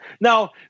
Now